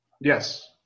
Yes